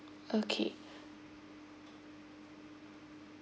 okay